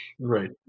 right